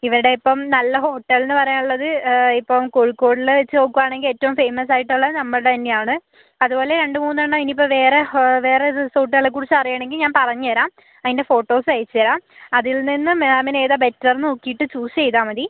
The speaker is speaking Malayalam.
ഇവടെ ഇപ്പം നല്ല ഹോട്ടലിന്ന് പറയാൻ ഉള്ളത് ഇപ്പം കോഴിക്കോടിലെ വെച്ച് നോക്കുവാണെങ്കിൽ ഏറ്റവും ഫേമസ് ആയിട്ട് ഉള്ളത് നമ്മുടെ തന്നെ ആണ് അതുപോലെ രണ്ട് മൂന്ന് എണ്ണം ഇനി ഇപ്പോൾ വേറെ വേറെ റിസോർട്ടുകളെ കുറിച്ച് അറിയണമെങ്കിൽ ഞാൻ പറഞ്ഞു തരാം അതിൻ്റെ ഫോട്ടോസ് അയച്ചു തരാം അതിൽ നിന്നും മാമിന് ഏതാ ബെറ്റർ നോക്കീട്ട് ചൂസ് ചെയ്താൽ മതി